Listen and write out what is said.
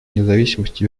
независимость